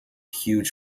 huge